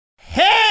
Hey